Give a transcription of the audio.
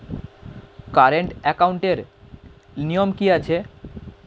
Current একাউন্টের নিয়ম কী আছে?